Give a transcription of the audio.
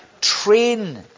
Train